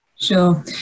Sure